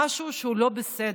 משהו לא בסדר,